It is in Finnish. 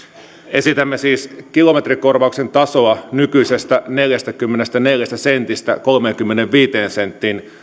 esitämme siis kilometrikorvauksen tasoa muutettavaksi nykyisestä neljästäkymmenestäneljästä sentistä kolmeenkymmeneenviiteen senttiin